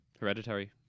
Hereditary